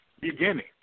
beginning